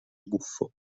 buffo